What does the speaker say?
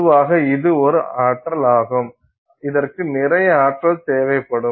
பொதுவாக இது ஒரு ஆற்றல் ஆகும் இதற்கு நிறைய ஆற்றல் தேவைப்படும்